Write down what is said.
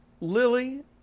Lily